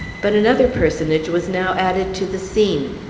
but another personage was now added to the scene.